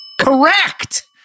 Correct